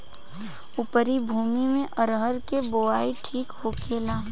उपरी भूमी में अरहर के बुआई ठीक होखेला?